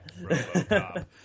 RoboCop